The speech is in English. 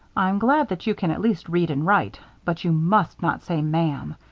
i'm glad that you can at least read and write but you must not say ma'am.